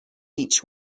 each